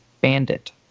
Bandit